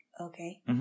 Okay